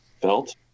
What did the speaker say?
built